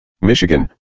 Michigan